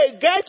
get